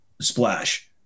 splash